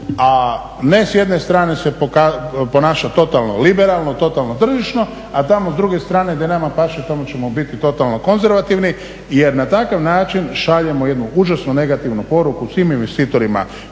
a ne s jedne strane se ponaša totalno liberalno, totalno tržišno, a tamo s druge strane gdje nama paše tamo ćemo biti totalno konzervativni jer na takav način šaljemo jednu užasno negativnu poruku svim investitorima